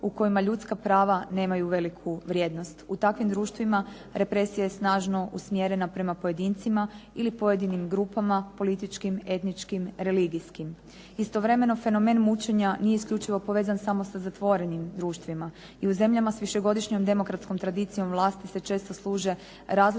u kojima ljudska prava nemaju veliku vrijednost. U takvim društvima represija je snažno usmjerena prema pojedincima ili pojedinim grupama, političkim, etničkim, religijskim. Istovremeno fenomen mučenja nije isključivo povezan samo za zatvorenim društvima. I u zemljama sa višegodišnjom demokratskom tradicijom vlasti se često služe različitim